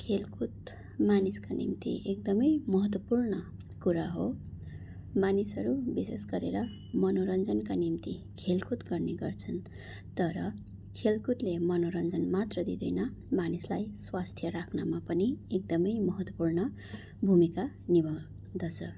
खेलकुद मानिसका निम्ति एकदमै महत्त्वपूर्ण कुरा हो मानिसहरू विशेष गरेर मनोरञ्जनका निम्ति खेलकुद गर्ने गर्छन् तर खेलकुदले मनोरञ्जन मात्र दिँदैन मानिसलाई स्वस्थ राख्नमा पनि एकदमै महत्त्वपूर्ण भूमिका निभाउँदछ